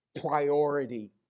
priority